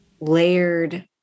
layered